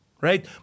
right